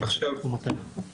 אם אתם תשימו לב בבקשה,